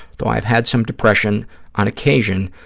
though i've had some depression on occasion,